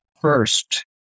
first